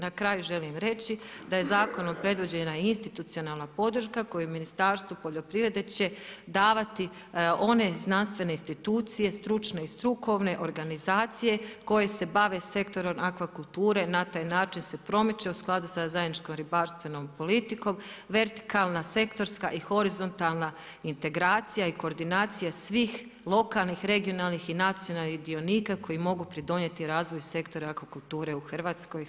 Na kraju želim reći daje zakonom predviđena institucionalna podrška koje Ministarstvo poljoprivrede će davati, one znanstvene institucije, stručne i strukovne organizacije koje se bave sektorom akvakulture, na taj način se promiče u skladu sa zajedničkom ribarstvenom politikom, vertikalna, sektorska i horizontalna integracija i koordinacija svih lokalnih, regionalnih i nacionalnih dionika koji mogu pridonijeti razvoju sektora akvakulture u Hrvatskoj.